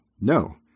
no